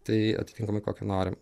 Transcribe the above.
tai atitinkamai kokio norim